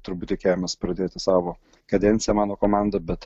turbūt tikėjomės pradėti savo kadenciją mano komanda bet